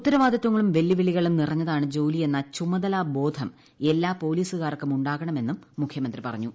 ഉത്തരവാദിത്വങ്ങളും വെല്ലുവിളികളും നിറഞ്ഞതാണ് ജോലിയെന്ന ചുമതലാബോധം എല്ലാ പോലീസുകാർക്കും ഉണ്ടാകണമെന്നും മുഖ്യമന്ത്രി പറഞ്ഞു